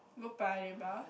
go Paya-Lebar